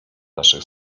naszych